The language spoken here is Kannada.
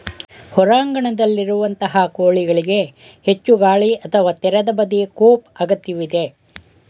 ಹೊರಾಂಗಣದಲ್ಲಿರುವಂತಹ ಕೋಳಿಗಳಿಗೆ ಹೆಚ್ಚು ಗಾಳಿ ಅಥವಾ ತೆರೆದ ಬದಿಯ ಕೋಪ್ ಅಗತ್ಯವಿದೆ